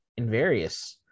Invarious